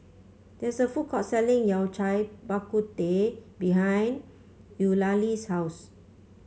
there is a food court selling Yao Cai Bak Kut Teh behind Eulalie's house